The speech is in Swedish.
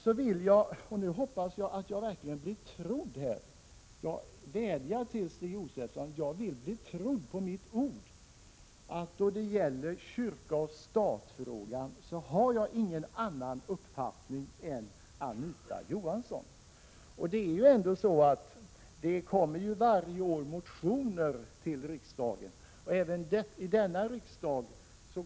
Sedan vill jag vädja till Stig Josefson att han skall tro mig på mitt ord, när jag säger att i kyrka-stat-frågan har jag ingen annan uppfattning än Anita Johansson. Varje år väcks det motioner i riksdagen i den frågan.